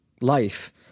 life